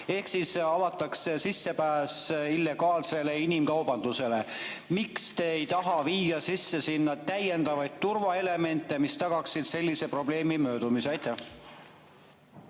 sellega avatakse sissepääs illegaalsele inimkaubandusele. Miks te ei taha viia sisse sinna täiendavaid turvaelemente, mis tagaksid sellise probleemi puudumise? Aitäh,